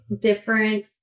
different